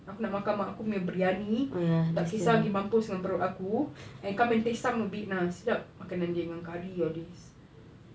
aku nak makan mak aku punya briyani tak kisah pergi mampus dengan perut aku and come and taste some a bit sedap makan dia dengan curry all these